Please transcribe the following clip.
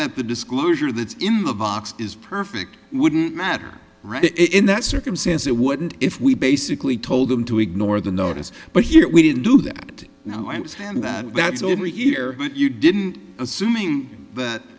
that the disclosure that's in the box is perfect wouldn't matter in that circumstance it wouldn't if we basically told them to ignore the notice but here we didn't do that now i understand that that's every year but you didn't assuming that